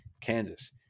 Kansas